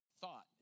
thought